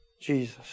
Jesus